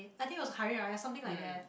I think was Hari-Raya something like that